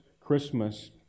Christmas